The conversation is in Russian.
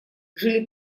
жили